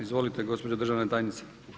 Izvolite gospođo državna tajnice.